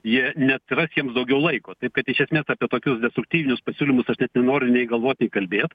jie neatsiras jiems daugiau laiko taip kad iš esmės apie tokius destruktyvinius pasiūlymus aš net nenoriu nei galvot nei kalbėt